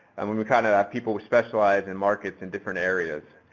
and we we kind of have people who specialize in markets in different areas.